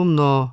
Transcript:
no